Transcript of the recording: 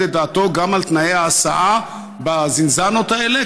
את דעתו גם על תנאי ההסעה בזינזאנות האלה,